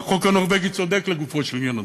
החוק הנורבגי צודק לגופו של עניין,